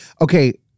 okay